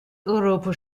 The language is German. europa